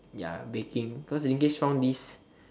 ya baking cause found this